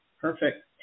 Perfect